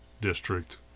district